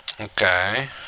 Okay